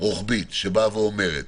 רוחבית שאומרת